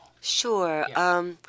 Sure